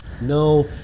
no